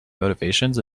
motivations